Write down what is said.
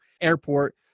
airport